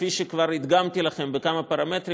כפי שכבר הדגמתי לכם בכמה פרמטרים,